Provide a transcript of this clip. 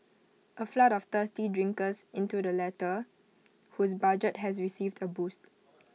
A flood of thirsty drinkers into the latter whose budget has received A boost